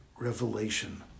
Revelation